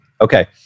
Okay